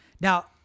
Now